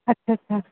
ਅੱਛਾ ਅੱਛਾ